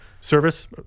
service